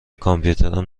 کامپیوترم